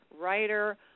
writer